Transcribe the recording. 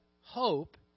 hope